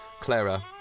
Clara